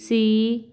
C